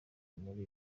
muri